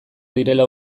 direla